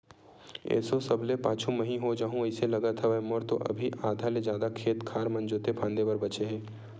एसो सबले पाछू मही ह हो जाहूँ अइसे लगत हवय, मोर तो अभी आधा ले जादा खेत खार मन जोंते फांदे बर बचें हे